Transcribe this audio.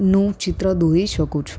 નું ચિત્ર દોરી શકું છું